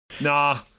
Nah